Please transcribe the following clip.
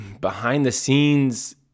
behind-the-scenes